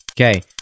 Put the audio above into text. Okay